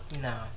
No